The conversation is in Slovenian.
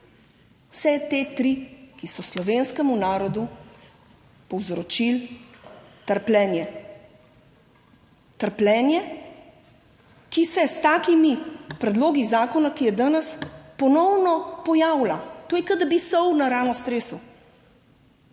Vse te tri, ki so slovenskemu narodu povzročili trpljenje. Trpljenje, ki se s takimi predlogi zakona, ki je danes ponovno pojavlja. To je kot da bi sol na rano stresel.